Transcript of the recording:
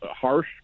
harsh